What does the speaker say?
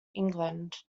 england